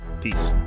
Peace